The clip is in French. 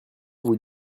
vous